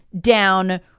down